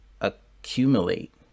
accumulate